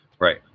Right